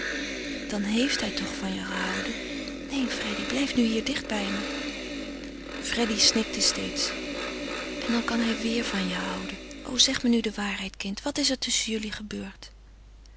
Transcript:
dan heeft hij toch van je gehouden neen freddy blijf nu hier dicht bij me freddy snikte steeds en dan kan hij weêr van je houden o zeg me nu de waarheid kind wat is er tusschen jullie gebeurd